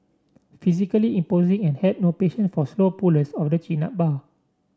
physically imposing and had no patience for slow pullers of the chin up bar